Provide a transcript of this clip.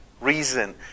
reason